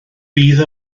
bydd